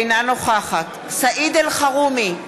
אינה נוכחת סעיד אלחרומי,